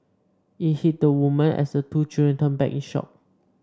it hit the woman as the two children turned back in shock